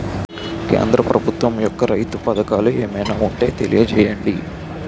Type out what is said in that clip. కేంద్ర ప్రభుత్వం యెక్క రైతు పథకాలు ఏమైనా ఉంటే తెలియజేయండి?